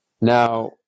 now